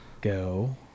go